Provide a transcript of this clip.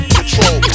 control